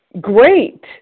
Great